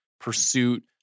pursuit